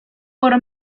por